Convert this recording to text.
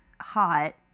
hot